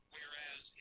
Whereas